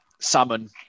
Salmon